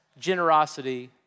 generosity